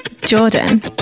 Jordan